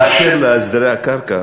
באשר להסדרי הקרקע,